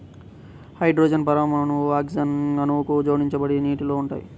hydrogen పరమాణువులు oxygen అణువుకు జోడించబడి నీటిలో ఉంటాయి